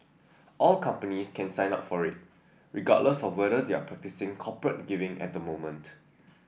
all companies can sign up for it regardless of whether they are practising corporate giving at the moment